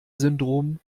syndrom